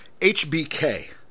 HBK